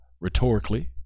rhetorically